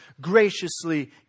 graciously